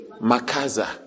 Makaza